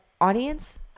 audience